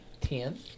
Ten